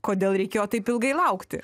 kodėl reikėjo taip ilgai laukti